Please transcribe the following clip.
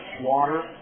water